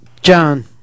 John